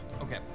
Okay